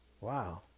Wow